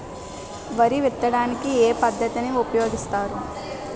వరి విత్తడానికి ఏ పద్ధతిని ఉపయోగిస్తారు?